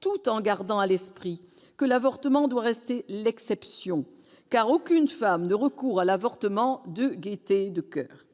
tout en gardant à l'esprit que l'avortement doit rester l'exception, car aucune femme n'y recourt de gaieté de coeur.